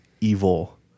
evil